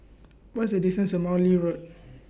What IS distance to Morley Road